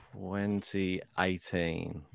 2018